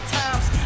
times